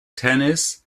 tennis